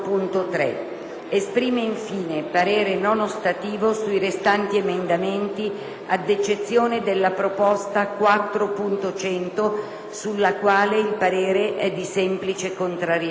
Esprime, infine, parere non ostativo sui restanti emendamenti, ad eccezione della proposta 4.100, sulla quale il parere è di semplice contrarietà».